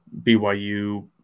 BYU